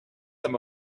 them